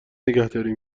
نگهداری